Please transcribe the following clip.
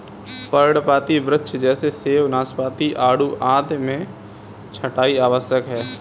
पर्णपाती वृक्ष जैसे सेब, नाशपाती, आड़ू आदि में छंटाई आवश्यक है